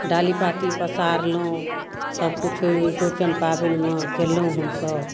डालीपाती पसारलहुँ सबकिछु चौरचन पाबनिमे कयलहुँ हमसब